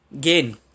gain